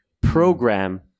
program